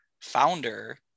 founder